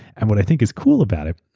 and what i think is cool about it,